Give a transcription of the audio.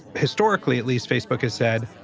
historically, at least, facebook has said,